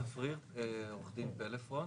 גיא צפריר, עורך דין, פלאפון.